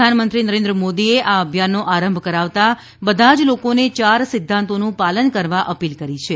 પ્રધાનમંત્રી નરેન્દ્ર મોદીએ આ અભિયાનનો આરંભ કરાવતા બધા જ લોકોને યાર સિદ્ધાંતોનું પાલન કરવા અપીલ કરી છે